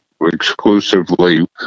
exclusively